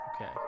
okay